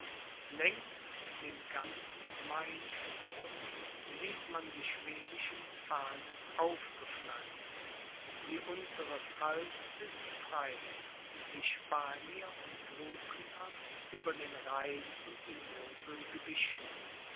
längs dem ganzen mainstrom sieht man die schwedischen fahnen aufgepflanzt die untere pfalz ist frei die spanier und lothringer über den rhein und die mosel gewichen